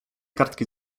kartki